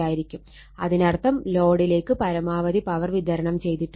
അതിനർത്ഥം ലോഡിലേക്ക് പരമാവധി പവർ വിതരണം ചെയ്തിട്ടുണ്ട്